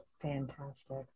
fantastic